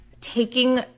taking